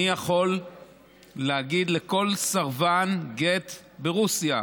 אני יכול להגיד לכל סרבן גט ברוסיה: